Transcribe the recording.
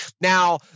Now